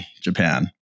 Japan